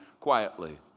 quietly